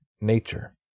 nature